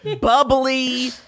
bubbly